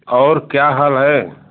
और क्या हाल है